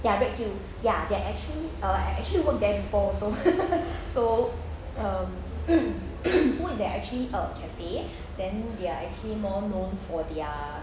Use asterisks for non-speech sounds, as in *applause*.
ya red hill ya they're actually err I actually worked there before so *laughs* so um *coughs* so they're actually a cafe then they are actually more known for their